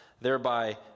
thereby